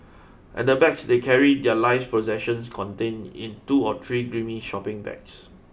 and the bags they carry their life's possessions contained in two or three grimy shopping bags